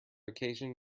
occasion